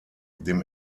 dem